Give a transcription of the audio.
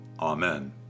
Amen